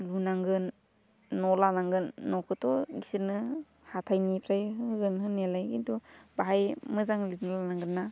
लुनांगोन न' लानांगोन नखौथ' बिसोरनो हाथाइनिफ्राइ होगोन होनायालाय खिन्थु बाहाय मोजां लुना लानांगोनना